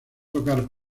tocar